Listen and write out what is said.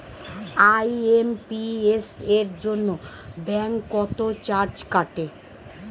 IMPS এর জন্য bank কত চার্জ কাটে?